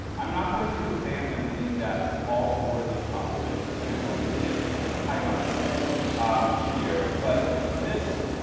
i'm not going to examine in depth all four of these propositions. i am going to hit some of the highlights um here. but this,